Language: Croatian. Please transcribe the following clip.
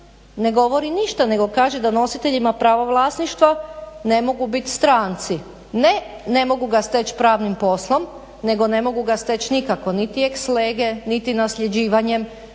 ne govori ništa nego kaže donositeljima prava vlasništva ne mogu biti stranci. Ne mogu ga steći pravnim poslom, nego ne mogu ga steći nikako niti ex lege niti nasljeđivanjem.